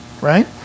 right